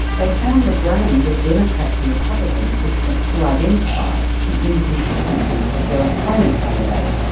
they found the brains of democrats and republicans were quick to identify the inconsistencies of their opponent candidate,